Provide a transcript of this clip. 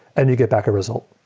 and you get back a result.